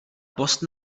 post